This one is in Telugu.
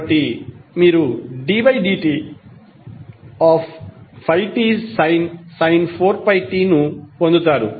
కాబట్టి మీరు ddt5tsin 4πt ను పొందుతారు